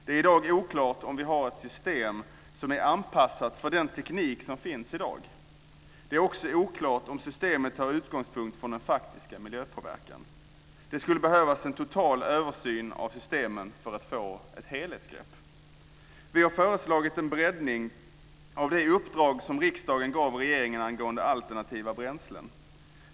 Det är i dag oklart om vi har ett system som är anpassat för den teknik som finns i dag. Det är också oklart om systemet har sin utgångspunkt i faktisk miljöpåverkan. Det skulle behövas en total översyn av systemen för att man ska kunna ta ett helhetsgrepp. Vi har föreslagit en breddning av det uppdrag som riksdagen gav regeringen angående alternativa bränslen.